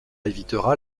évitera